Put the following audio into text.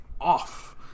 off